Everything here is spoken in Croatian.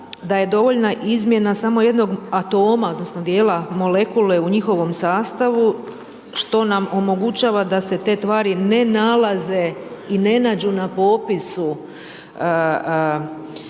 da je dovoljna izmjena samo jednog atoma odnosno djela molekule u njihovom sastavu što nam omogućava da se te tvari ne nalaze i ne nađu na popisu